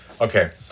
Okay